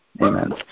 amen